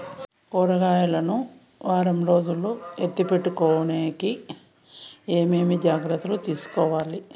కూరగాయలు ను వారం రోజులు ఎత్తిపెట్టుకునేకి ఏమేమి జాగ్రత్తలు తీసుకొవాలి?